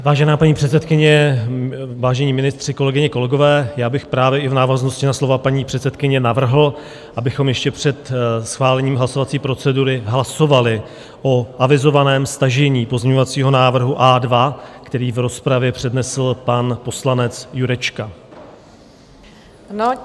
Vážená paní předsedkyně, vážení ministři, kolegyně, kolegové, já bych právě i v návaznosti na slova paní předsedkyně navrhl, abychom ještě před schválením hlasovací procedury hlasovali o avizovaném stažení pozměňovacího návrhu A2, který v rozpravě přednesl pan poslanec Jurečka.